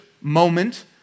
moment